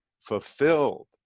fulfilled